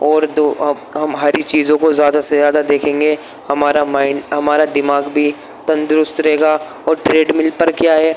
اور ہم ہری چیزوں کو زیادہ سے زیادہ دیکھیں گے ہمارا مائنڈ ہمارا دماغ بھی تندرست رہے گا اور ٹریڈ مل پر کیا ہے